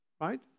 right